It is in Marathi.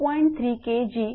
3 Kgm इतके आहे